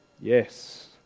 yes